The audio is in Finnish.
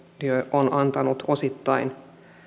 on antanut osittain